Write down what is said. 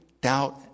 doubt